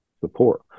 support